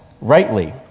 rightly